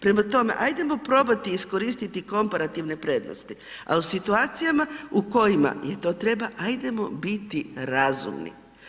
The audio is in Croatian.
Prema tome, ajdemo probati iskoristiti komparativne prednosti, a u situacijama u kojima je to treba ajdemo biti razumni.